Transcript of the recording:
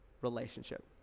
relationship